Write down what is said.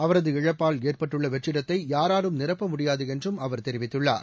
அவரது இழப்பால் ஏற்பட்டுள்ள வெற்றிடத்தை யாராலும் நிரப்ப முடியாது என்றும் அவர் தெரிவித்துள்ளார்